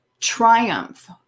triumph